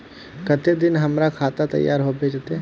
केते दिन में हमर खाता तैयार होबे जते?